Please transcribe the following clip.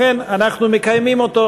לכן אנחנו מקיימים אותו,